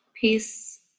peace